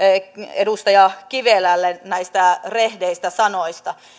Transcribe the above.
edustaja kivelälle näistä rehdeistä sanoista